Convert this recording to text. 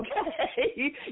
okay